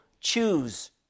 choose